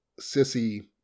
Sissy